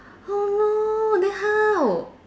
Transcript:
oh no then how